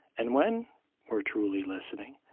and when we're truly listening,